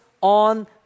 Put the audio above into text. on